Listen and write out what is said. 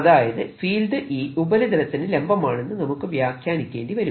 അതായത് field E ഉപരിതലത്തിന് ലംബമാണെന്ന് നമുക്ക് വ്യാഖ്യാനിക്കേണ്ടിവരും